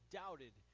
doubted